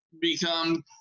become